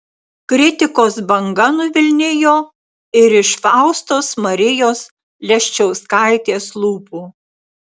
kritikos banga nuvilnijo ir iš faustos marijos leščiauskaitės lūpų